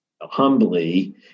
humbly